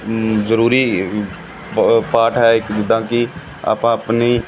ਜ਼ਰੂਰੀ ਪਾਟ ਹੈ ਇੱਕ ਜਿੱਦਾਂ ਹੈ ਆਪਾਂ ਆਪਣੀ